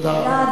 תודה.